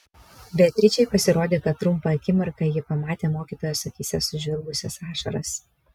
beatričei pasirodė kad trumpą akimirką ji pamatė mokytojos akyse sužvilgusias ašaras